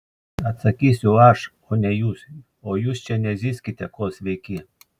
atsakysiu aš o ne jūs o jūs čia nezyzkite kol sveiki